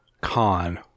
Con